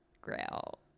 grail